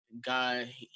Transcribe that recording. guy